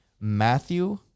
Matthew